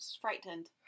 frightened